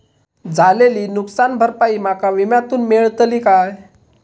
झालेली नुकसान भरपाई माका विम्यातून मेळतली काय?